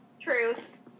Truth